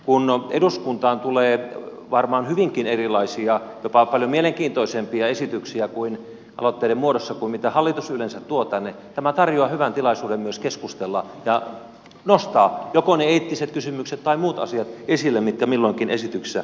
kun eduskuntaan tulee varmaan hyvinkin erilaisia jopa paljon mielenkiintoisempia esityksiä aloitteiden muodossa kuin mitä hallitus yleensä tuo tänne tämä tarjoaa hyvän tilaisuuden myös keskustella ja nostaa esille joko ne eettiset kysymykset tai muut asiat mitkä milloinkin esityksessä ovat